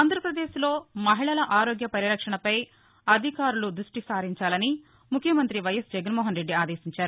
ఆంధ్రాప్రదేశ్ లో మహిళల ఆరోగ్య పరిరక్షణపై అధికారులు ద ృష్టి సారించాలని ముఖ్యమంత్రి వైఎస్ జగన్ మోహన్ రెద్ది ఆదేశించారు